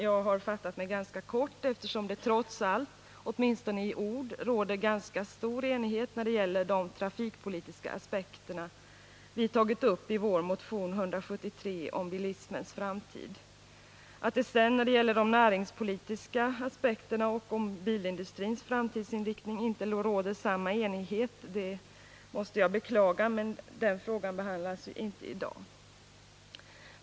Jag har fattat mig ganska kort eftersom det trots allt — åtminstone i ord — råder ganska stor enighet om de trafikpolitiska aspekter vi tagit upp i vår motion 173 om bilismens framtid. Att det sedan när det gäller de näringspolitiska aspekterna och bilindustrins framtidsinriktning inte råder samma enighet måste jag beklaga, men den frågan behandlas ju inte i dag.